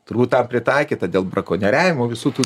turbūt tą pritaikytą dėl brakonieriavimo visų tų